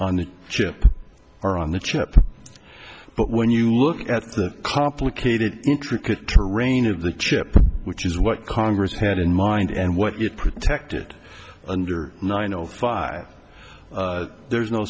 on the chip are on the chip but when you look at the complicated intricate terrain of the chip which is what congress had in mind and what it protected under nine o five there is no